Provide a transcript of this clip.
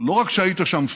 לא רק היית שם פיזית,